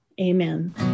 Amen